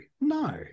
no